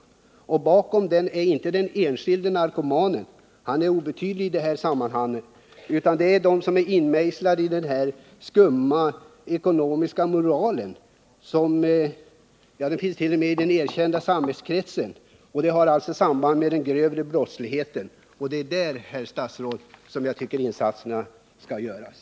Bakom den införseln står inte den enskilde narkomanen — han är oväsentlig i det här sammanhanget — utan det gör de som omfattas av den skumma ekonomiska moral som har samband med den grövre ekonomiska brottsligheten och som vi kan återfinna också inom den ”erkända” samhällskretsen. Det är på det området, herr statsråd, som insatserna måste göras.